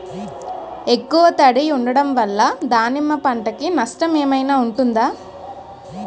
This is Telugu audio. ఎక్కువ తడి ఉండడం వల్ల దానిమ్మ పంట కి నష్టం ఏమైనా ఉంటుందా?